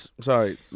sorry